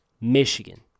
Michigan